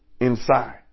inside